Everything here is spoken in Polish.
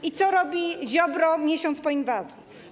I co robi Ziobro miesiąc po inwazji?